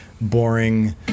boring